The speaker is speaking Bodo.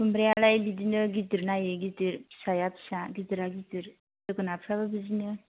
खुमब्रायालाय बिदिनो गिदिर नायै गिदिर फिसाया फिसा गिदिरा गिदिर जोगोनारफ्राबो बिदिनो